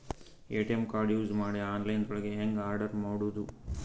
ATM card use ಮಾಡಿ online ದೊಳಗೆ ಹೆಂಗ್ ಆರ್ಡರ್ ಮಾಡುದು?